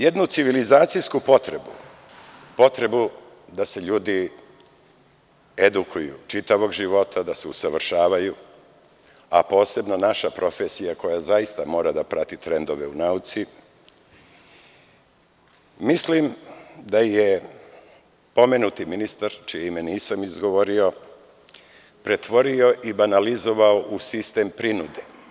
Jednu civilizacijsku potrebu, potrebu da se ljudi edukuju čitavog života, da se usavršavaju, a posebno naša profesija koja mora da prati trendove u nauci, mislim da je pomenuti ministar, čije ime nisam izgovorio, pretvorio i banalizovao u sistem prinude.